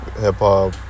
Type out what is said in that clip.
hip-hop